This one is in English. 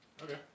Okay